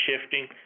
shifting